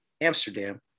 Amsterdam